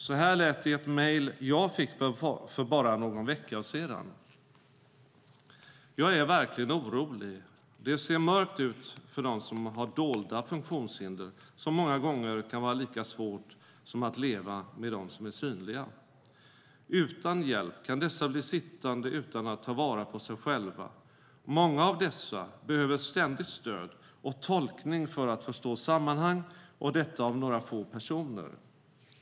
Så här lät det i ett mejl jag fick för bara någon vecka sedan: "Jag är verkligen orolig, det ser mörkt ut för de som har dolda funktionshinder som många gånger kan vara lika svårt att leva med som de synliga. Utan hjälp kan dessa bli sittande utan att ta vara på sig själva. Många av dessa behöver ständigt stöd och tolkning för att förstå sammanhang och detta av några få personer.